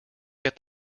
get